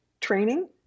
training